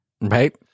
Right